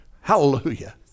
Hallelujah